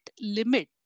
limit